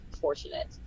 fortunate